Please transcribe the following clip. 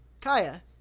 Kaya